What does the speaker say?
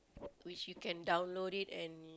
which you can download it and